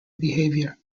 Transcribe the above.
behavior